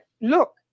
look